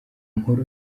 nkuru